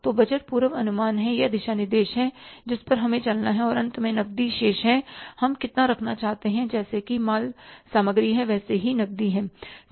तो बजट पूर्व अनुमान हैं या दिशा निर्देश हैं जिन पर हमें चलना है और अंत में नकदी शेष है हम कितना रखना चाहते हैं जैसे कि माल सामग्री है वैसे ही नकदी है